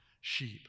sheep